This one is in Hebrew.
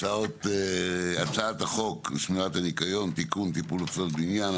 הצעת חוק שמירת הניקיון (תיקון טיפול בפסולת בניין),